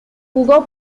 jugó